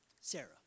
Sarah